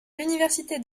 l’université